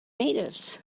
natives